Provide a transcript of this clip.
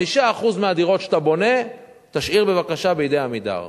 5% מהדירות שאתה בונה תשאיר, בבקשה, בידי "עמידר".